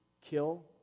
kill